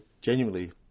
genuinely